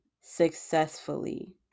successfully